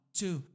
two